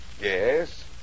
Yes